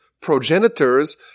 progenitors